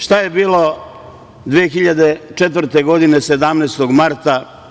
Šta je bilo 2004. godine, 17.marta?